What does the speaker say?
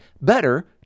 better